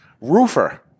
Roofer